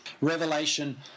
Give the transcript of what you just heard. Revelation